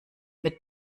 mit